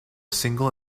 single